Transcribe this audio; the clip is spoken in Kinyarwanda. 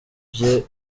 bye